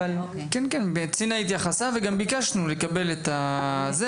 צינה התייחסה, וגם ביקשנו לקבל את הנתונים.